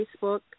Facebook